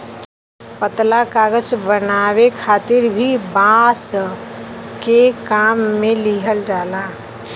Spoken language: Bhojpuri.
पतला कागज बनावे खातिर भी बांस के काम में लिहल जाला